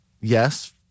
Yes